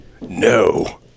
No